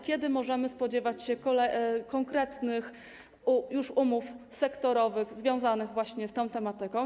Kiedy możemy spodziewać się konkretnych umów sektorowych związanych właśnie z tą tematyką?